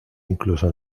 incluso